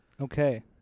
Okay